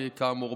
כאמור.